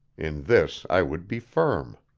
in this i would be firm.